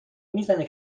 میزنه